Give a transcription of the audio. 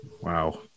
Wow